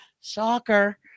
Soccer